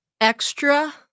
extra